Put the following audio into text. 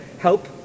Help